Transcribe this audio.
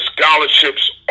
scholarships